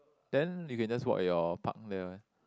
then you can just walk at your park there one